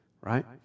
Right